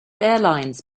airlines